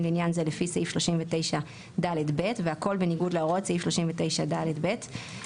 לעניין זה לפי סעיף 339ד(ב) הכול בניגוד להוראות סעיף 39ד(ב); (11ב)